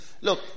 Look